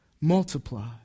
multiply